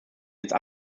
jetzt